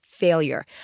failure